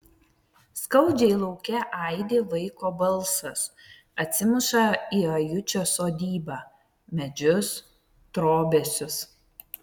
skaudžiai lauke aidi vaiko balsas atsimuša į ajučio sodybą medžius trobesius